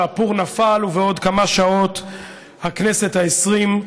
הפור נפל ובעוד כמה שעות הכנסת העשרים,